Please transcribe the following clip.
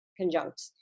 conjunct